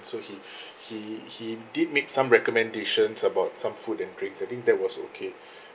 so he he he did make some recommendations about some food and drinks I think that was okay